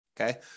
Okay